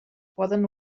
poden